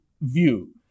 view